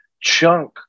chunk